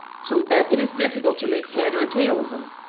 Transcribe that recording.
so that it is difficult to make head or tail of them.